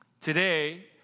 Today